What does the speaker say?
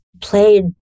played